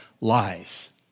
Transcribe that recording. lies